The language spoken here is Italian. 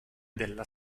della